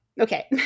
Okay